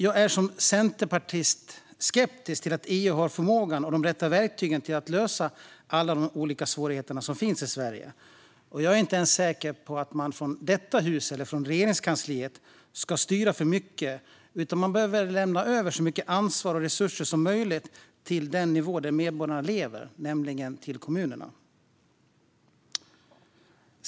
Jag är som centerpartist skeptisk till att EU har förmågan och de rätta verktygen för att lösa alla de olika svårigheter som finns i Sverige. Jag är inte ens säker på att man från detta hus eller från Regeringskansliet ska styra för mycket, utan man bör lämna över så mycket ansvar och resurser som möjligt till den nivå där medborgarna lever, nämligen till kommunerna.